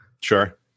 sure